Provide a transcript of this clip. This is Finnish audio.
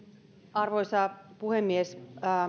arvoisa puhemies